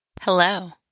Hello